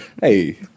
hey